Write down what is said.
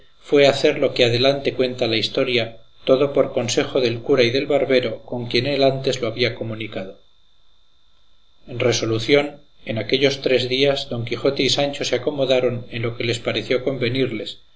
fue hacer lo que adelante cuenta la historia todo por consejo del cura y del barbero con quien él antes lo había comunicado en resolución en aquellos tres días don quijote y sancho se acomodaron de lo que les pareció convenirles